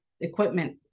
equipment